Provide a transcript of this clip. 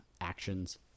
actions